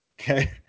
Okay